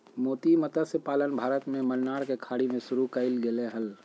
मोती मतस्य पालन भारत में मन्नार के खाड़ी में शुरु कइल गेले हल